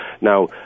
Now